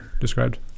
described